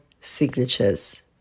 signatures